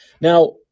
now